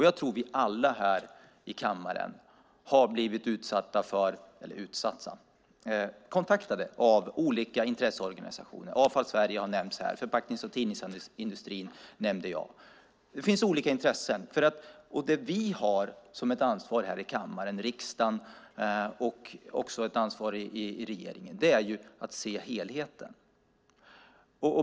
Jag tror att vi alla här i kammaren har blivit kontaktade av olika intresseorganisationer. Avfall Sverige har nämnts här. Förpacknings och tidningsindustrin nämnde jag. Det finns olika intressen. Det vi har som ett ansvar här i kammaren och riksdagen och som också är ett ansvar för regeringen är att se helheten.